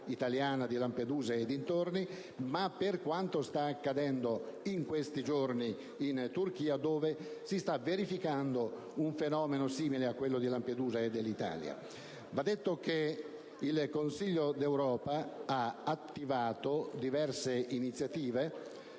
di Lampedusa e dintorni ma per quanto sta accadendo in questi giorni in Turchia, dove si sta verificando un fenomeno simile a quello di Lampedusa e di altre parti dell'Italia. Va detto che il Consiglio d'Europa ha attivato diverse iniziative